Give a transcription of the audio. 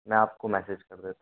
मैं आपको मैसेज कर